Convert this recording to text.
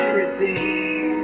redeemed